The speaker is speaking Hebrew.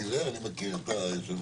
תראה אני מכיר את היושבת-ראש.